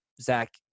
Zach